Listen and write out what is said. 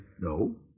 No